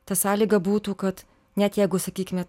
ta sąlyga būtų kad net jeigu sakykime